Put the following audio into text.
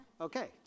okay